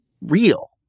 real